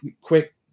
quick